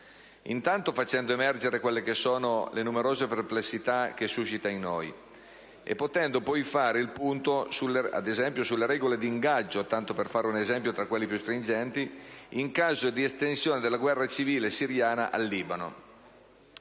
intanto facendo emergere le numerose perplessità che suscita in noi e potendo poi fare il punto sulle regole di ingaggio - tanto per fare un esempio tra quelli più stringenti - in caso di estensione della guerra civile siriana al Libano.